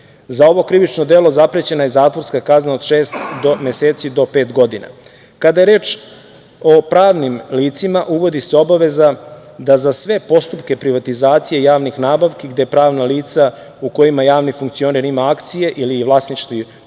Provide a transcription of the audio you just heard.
Za ovo krivično delo zaprećena je zatvorska kazna od šest meseci do pet godina. Kada je reč o pravnim licima, uvodi se obaveza da za sve postupke privatizacije javnih nabavki gde pravna lica u kojima javni funkcioner ima akcije ili vlasnički